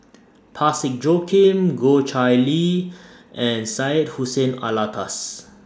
Parsick Joaquim Goh Chiew Lye and Syed Hussein Alatas